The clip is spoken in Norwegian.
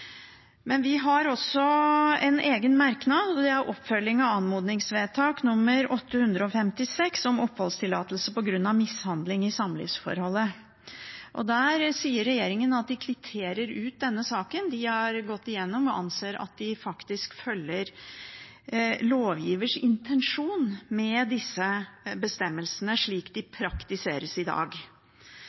Men vi har også en egen merknad, og det gjelder oppfølging av anmodningsvedtak nr. 856, om oppholdstillatelse på grunn av mishandling i samlivsforholdet. Der sier regjeringen at de kvitterer ut denne saken. De har gått igjennom det og anser at de faktisk følger lovgivers intensjon med disse bestemmelsene slik de praktiseres i dag.